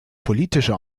politische